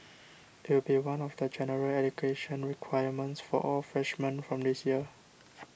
it will be one of the general education requirements for all freshmen from this year